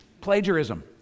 Plagiarism